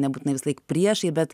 nebūtinai visąlaik priešai bet